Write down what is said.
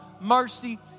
mercy